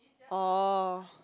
oh